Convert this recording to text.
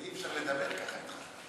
אי-אפשר לדבר ככה אתך.